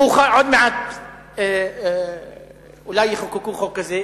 עוד מעט אולי יחוקקו חוק כזה,